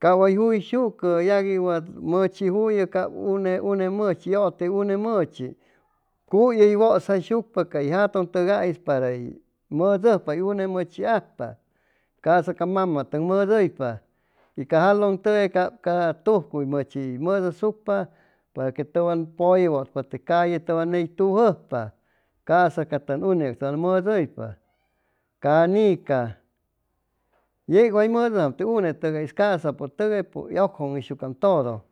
cap way juyshucʉ yagui wat mʉchi juyʉ cap une une mʉchi yʉte une mʉchi cuy hʉy wʉsjaishucpacay jatʉn tʉgais para hʉy mʉdʉjpa hʉy une mʉchi ajpa ca'sa ca mamatʉg mʉdʉypa y ca jalʉn tʉgay cap ca tujcuy mʉchi mʉdʉsucpa para que tʉwan pʉllewʉtpa te calle ney tʉwan ney tujʉjpa ca'sa ca tʉn unehʉga tʉn mʉdʉypa ca'nica yeg way mʉdʉjam te unetʉgais ca'sapʉ tʉgay hʉy ʉgjʉŋhʉysucam todo